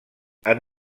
han